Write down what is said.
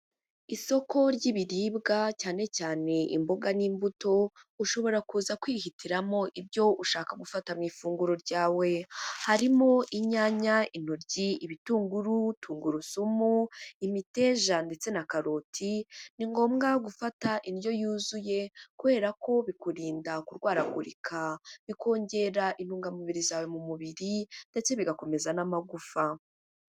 Isoko ry'ibiribwa cyane cyane imboga n'imbuto, ushobora kuza kwihitiramo ibyo ushaka gufata mu ifunguro ryawe. Harimo inyanya, intoryi, ibitunguru, tungurusumu, imiteja ndetse na karoti, ni ngombwa gufata indyo yuzuye kubera ko bikurinda kurwaragurika bikongera intungamubiri zawe mu mubiri ndetse bigakomeza n'amagufa.